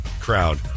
crowd